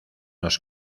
los